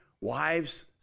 wives